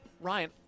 Ryan